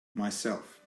myself